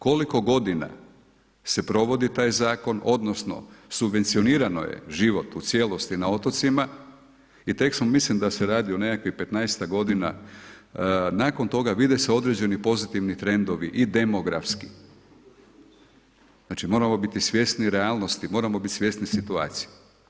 Koliko godina se provodi taj zakon, odnosno subvencionirano je život u cijelosti na otocima i mislim da se radi o nekakvih 15ak godina, nakon toga vide se određeni pozitivni trendovi i demografski, znači moramo biti svjesni realnosti, moramo biti svjesni situacije.